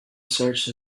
search